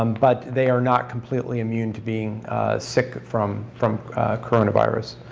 um but they are not completely immune to being sick from from coronavirus.